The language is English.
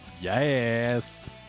Yes